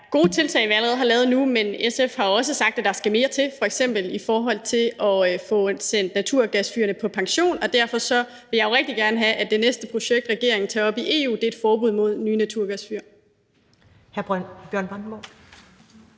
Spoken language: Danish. gode tiltag, vi allerede har lavet nu, men SF har også sagt, at der skal mere til, f.eks. i forhold til at få sendt naturgasfyrene på pension. Derfor vil jeg jo rigtig gerne have, at det næste projekt, regeringen tager op i EU, er et forbud mod nye naturgasfyr.